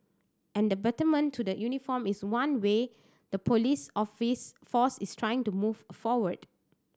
and the betterment to the uniform is one way the police office force is trying to move forward